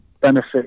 benefit